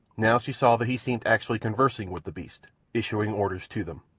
now she saw that he seemed actually conversing with the beasts issuing orders to them.